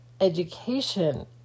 education